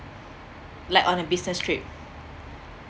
like on a business trip